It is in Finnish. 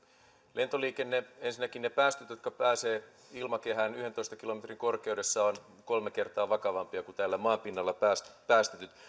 lentoliikenne ensinnäkin ne lentoliikenteen päästöt jotka pääsevät ilmakehään yhdentoista kilometrin korkeudessa ovat kolme kertaa vakavampia kuin täällä maan pinnalla päästetyt päästetyt